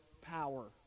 power